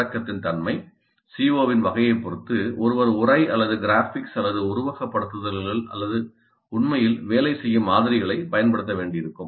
உள்ளடக்கத்தின் தன்மை CO இன் வகையைப் பொறுத்து ஒருவர் உரை அல்லது கிராபிக்ஸ் அல்லது உருவகப்படுத்துதல்கள் அல்லது உண்மையில் வேலை செய்யும் மாதிரிகளைப் பயன்படுத்த வேண்டியிருக்கும்